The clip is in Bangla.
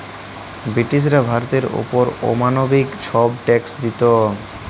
ব্রিটিশরা ভারতের অপর অমালবিক ছব ট্যাক্স দিত